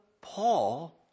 Paul